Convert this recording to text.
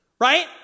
right